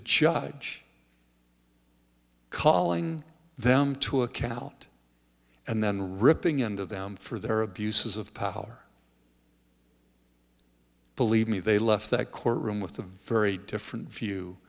judge calling them to account and then ripping into them for their abuses of power believe me they left that courtroom with a very different view